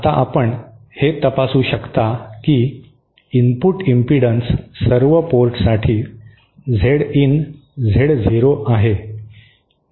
आता आपण हे तपासू शकता की इनपुट इंपिडन्स सर्व पोर्टसाठी झेड इन झेड झिरो आहे